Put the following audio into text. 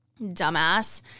dumbass